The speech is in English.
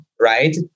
right